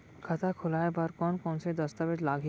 खाता खोलवाय बर कोन कोन से दस्तावेज लागही?